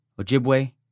Ojibwe